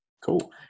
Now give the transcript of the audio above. Cool